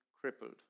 crippled